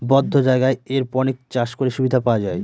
বদ্ধ জায়গায় এরপনিক্স চাষ করে সুবিধা পাওয়া যায়